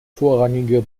vorrangige